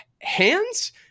hands